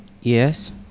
Yes